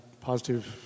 positive